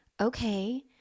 okay